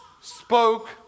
spoke